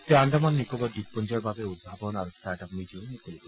তেওঁ আন্দামান নিকোবৰ দ্বীপপূঞ্জৰ বাবে উদ্ভাৱন আৰু ষ্টাৰ্টআপ নীতিও মুকলি কৰিব